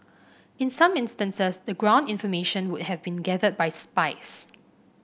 in some instances the ground information would have been gathered by spies